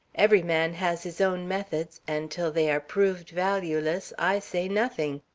every man has his own methods, and till they are proved valueless i say nothing.